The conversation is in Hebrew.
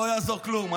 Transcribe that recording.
לא יעזור כלום,